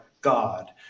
God